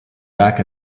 back